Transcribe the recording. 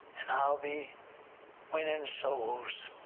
and i'll be winning souls,